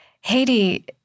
Haiti